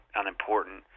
unimportant